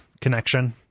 connection